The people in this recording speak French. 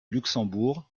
luxembourg